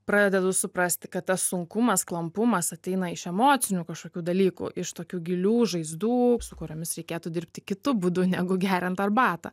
pradedu suprasti kad tas sunkumas klampumas ateina iš emocinių kažkokių dalykų iš tokių gilių žaizdų su kuriomis reikėtų dirbti kitu būdu negu geriant arbatą